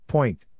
Point